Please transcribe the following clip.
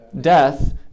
death